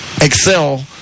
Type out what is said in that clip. excel